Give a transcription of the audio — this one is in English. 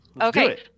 Okay